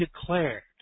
declared